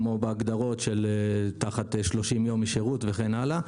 כמו בהגדרות של תחת 30 יום משירות וכן הלאה,